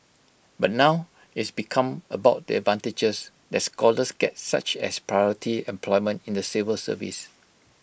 but now it's become about the advantages that scholars get such as priority employment in the civil service